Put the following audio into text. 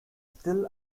still